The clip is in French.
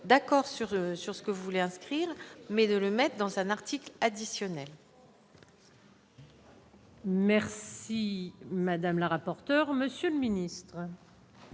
d'accord sur sur ce que voulez inscrire mais le remède dans un article additionnel. Merci madame la rapporteur monsieur le ministre.